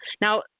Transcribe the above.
now